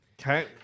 Okay